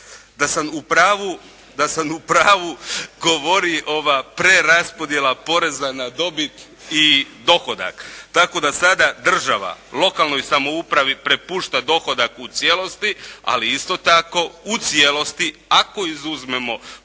Da sam u pravu govori ova preraspodjela poreza na dobit i dohodak. Tako da sada država lokalnoj samoupravi prepušta dohodak u cijelosti ali isto tako u cijelosti ako izuzmemo